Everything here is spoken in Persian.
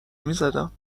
میزدم